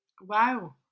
Wow